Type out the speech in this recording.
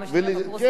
וזה המון כסף.